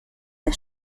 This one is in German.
der